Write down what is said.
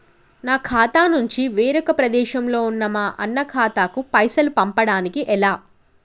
నా ఖాతా నుంచి వేరొక ప్రదేశంలో ఉన్న మా అన్న ఖాతాకు పైసలు పంపడానికి ఎలా?